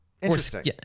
Interesting